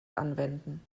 anwenden